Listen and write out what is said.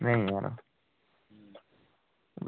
आं